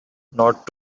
not